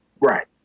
Right